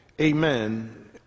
Amen